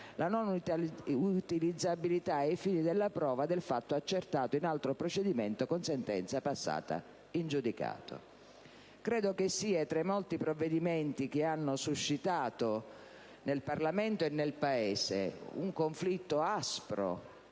la non utilizzabilità ai fini della prova del fatto accertato in altro procedimento con sentenza passata in giudicato. Credo che rientri tra i molti provvedimenti che hanno suscitato, nel Parlamento e nel Paese, un conflitto aspro